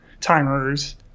timers